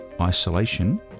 isolation